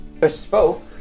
bespoke